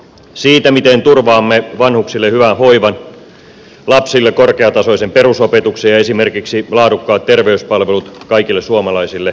siitä miten turvaamme vanhuksille hyvän hoivan lapsille korkeatasoisen perusopetuksen ja esimerkiksi laadukkaat terveyspalvelut kaikille suomalaisille kestävällä tavalla